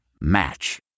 match